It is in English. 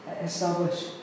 Establish